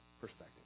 perspective